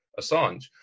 Assange